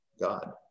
God